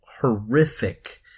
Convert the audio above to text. horrific